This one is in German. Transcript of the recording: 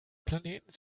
planeten